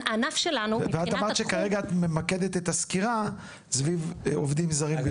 ואת אמרת שאת כרגע ממקדת את הסקירה סביב עובדים זרים.